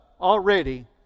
already